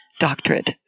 doctorate